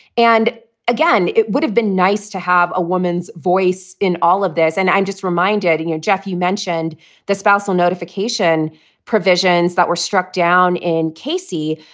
and again, it would have been nice to have a woman's voice in all of this. and i'm just reminding you, jeff, you mentioned the spousal notification provisions that were struck down in casey.